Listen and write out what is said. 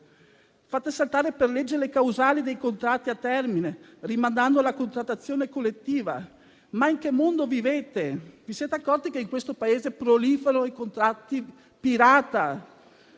Fate saltare per legge la causale dei contratti a termine, rimandando la contrattazione collettiva. Ma in che mondo vivete? Vi siete accorti che in questo Paese proliferano i contratti pirata?